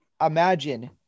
Imagine